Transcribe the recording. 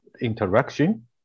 interaction